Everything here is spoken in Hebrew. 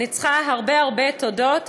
אני צריכה הרבה תודות.